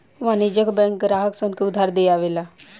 वाणिज्यिक बैंक ग्राहक सन के उधार दियावे ला